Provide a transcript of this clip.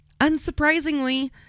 unsurprisingly